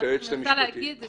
שאני מנסה להגיד זה